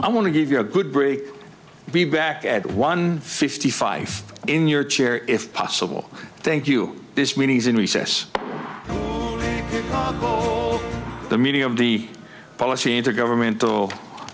i want to give you a good break be back at one fifty five in your chair if possible thank you this meeting is in recess the meeting of the policy intergovernmental